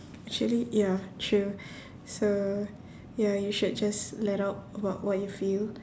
actually ya true so ya you should just let out about what you feel